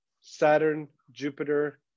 Saturn-Jupiter